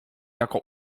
jako